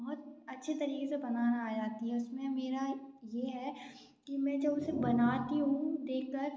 बहुत अच्छे तरीके से बनाना आ जाती है उसमें मेरा ये है कि मैं जब उसे बनाती हूँ देख कर